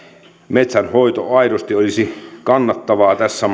metsänhoito aidosti olisi kannattavaa tässä